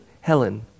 Helen